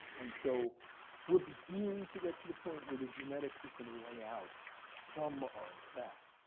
and so we're beginning to get to the point where the genetics is going to lay out some of that.